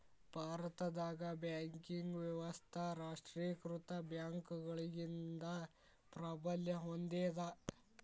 ಭಾರತದಾಗ ಬ್ಯಾಂಕಿಂಗ್ ವ್ಯವಸ್ಥಾ ರಾಷ್ಟ್ರೇಕೃತ ಬ್ಯಾಂಕ್ಗಳಿಂದ ಪ್ರಾಬಲ್ಯ ಹೊಂದೇದ